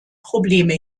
probleme